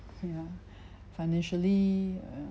you know financially err